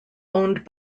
owned